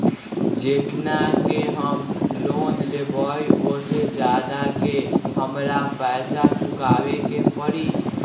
जेतना के हम लोन लेबई ओ से ज्यादा के हमरा पैसा चुकाबे के परी?